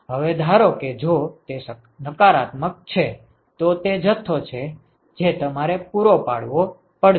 હવે ધારો કે જો તે નકારાત્મક છે તો તે જથ્થો છે જે તમારે પૂરો પાડવો પડશે